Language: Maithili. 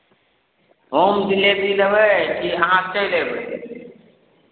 होम डिलेवरी लेबै कि अहाँ चलि अयबै